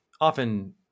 often